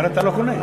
אחרת אתה לא קונה.